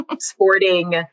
sporting